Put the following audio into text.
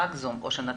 חבר כנסת,